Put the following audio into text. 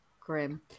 grim